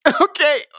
Okay